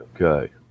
Okay